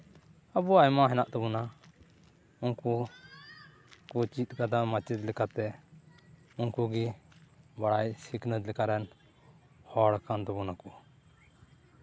ᱟᱵᱚ ᱟᱭᱢᱟ ᱦᱮᱱᱟᱜ ᱛᱟᱵᱚᱱᱟ ᱩᱱᱠᱩ ᱠᱚ ᱪᱮᱫ ᱠᱟᱫᱟ ᱢᱟᱪᱮᱫ ᱞᱮᱠᱟᱛᱮ ᱩᱱᱠᱩ ᱜᱮ ᱵᱟᱲᱟᱭ ᱥᱤᱠᱷᱱᱟᱹᱛ ᱞᱮᱠᱟᱨᱮᱱ ᱦᱚᱲ ᱠᱟᱱ ᱛᱟᱵᱚ ᱱᱟᱠᱚ